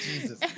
Jesus